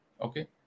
Okay